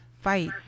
fight